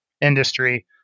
industry